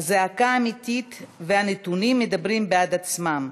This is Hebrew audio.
הזעקה אמיתית, והנתונים מדברים בעד עצמם: